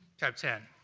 tab ten.